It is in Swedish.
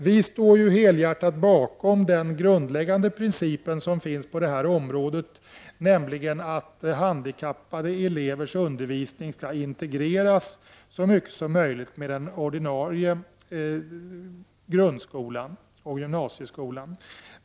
Vi står helhjärtat bakom den grundläggande princip som finns på detta område, nämligen att handikappade elevers undervisning skall integreras så mycket som möjligt med undervisningen i den ordinarie grundskolan och gymnasieskolan.